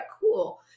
cool